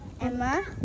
Emma